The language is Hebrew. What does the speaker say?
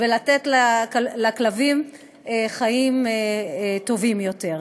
כדי לתת לכלבים חיים טובים יותר.